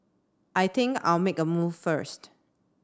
I think I'll make a move first